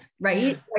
right